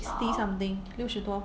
sixty something 六十多